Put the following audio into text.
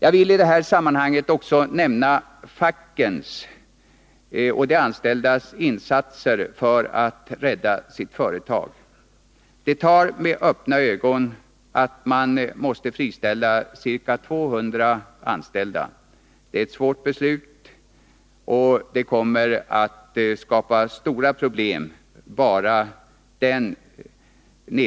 Jag vill i det här sammanhanget också nämna fackens och de anställdas insatser för att rädda sitt företag. De ser med öppna ögon att ca 200 personer måste friställas. Det är ett svårt beslut. Enbart nedskärningen i Hörnefors kommer att skapa stora problem.